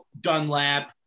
Dunlap